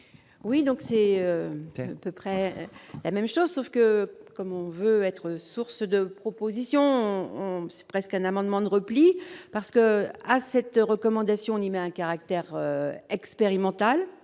Oui, donc c'est un peu près la même chose sauf que comme on veut être source de propositions presque un amendement de repli, parce que, à cette recommandation numéro un caractère expérimental,